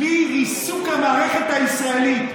בלי ריסוק המערכת הישראלית.